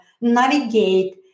navigate